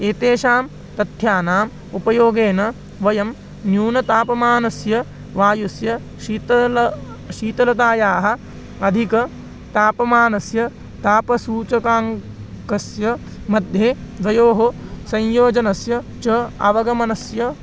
एतेषां तथ्यानाम् उपयोगेन वयं न्यूनतापमानस्य वायोः शीतलता शीतलतायाः अधिकतापमानस्य तापसूचकाङ्कस्य मध्ये द्वयोः संयोजनस्य च अवगमनस्य